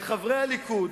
את חברי הליכוד,